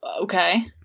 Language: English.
Okay